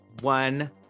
one